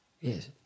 Yes